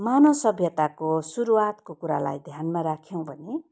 मानव सभ्यताको सुरुवातको कुरालाई ध्यानमा राख्यौँ भने